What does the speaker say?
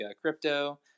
crypto